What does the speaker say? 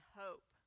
hope